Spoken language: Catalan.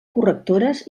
correctores